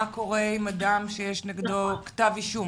מה קורה עם אדם שיש נגדו כתב אישום?